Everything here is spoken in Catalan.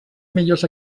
millors